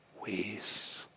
ways